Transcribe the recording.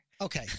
Okay